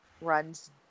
runs